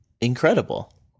incredible